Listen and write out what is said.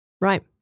Right